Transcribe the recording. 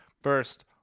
first